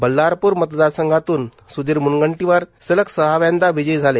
बल्लारपूर मतदारसंघातून सुधीर मुनगंटीवार सलग सहाव्यांदा विजयी झाले